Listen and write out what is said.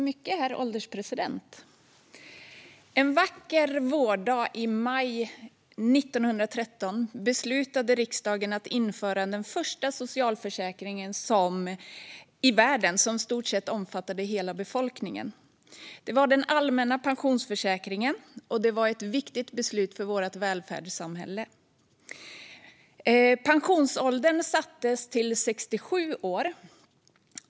Herr ålderspresident! En vacker vårdag i maj 1913 beslutade riksdagen att införa den första socialförsäkringen i världen som i stort sett omfattade hela befolkningen - den allmänna pensionsförsäkringen. Det var ett viktigt beslut för vårt välfärdssamhälle. Pensionsåldern sattes till 67 år.